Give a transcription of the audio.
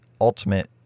ultimate